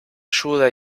ayuda